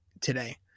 today